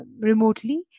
remotely